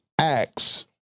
acts